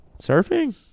surfing